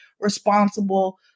responsible